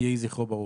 יהי זכרו ברוך.